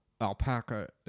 alpaca